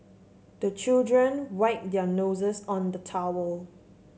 the children wipe their noses on the towel